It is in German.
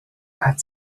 hat